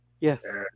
Yes